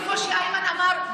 כמו שאיימן אמר,